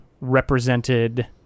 represented